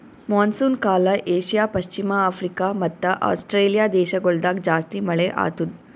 monsoon ಕಾಲ Asia, ಪಶ್ಚಿಮ Africa ಮತ್ತ ಆಸ್ಟ್ರೇಲಿಯಾ ದೇಶಗೊಳ್ದಾಗ್ ಜಾಸ್ತಿ ಮಳೆ ಆತ್ತುದ್